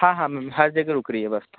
हाँ हाँ मैम हर जगह रुक रही है बस तो